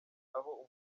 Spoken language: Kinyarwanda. aho